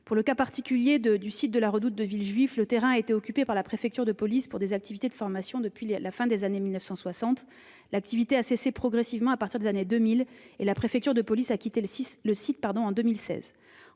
Pour le cas particulier du site de la Redoute de Villejuif, le terrain a été occupé par la préfecture de police pour des activités de formation depuis la fin des années 1960. L'activité a cessé progressivement à partir des années 2000 et la préfecture de police a quitté le site en 2016.